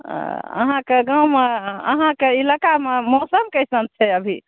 अहाँके गाममे अहाँके इलाकामे मौसम कैसन छै अभी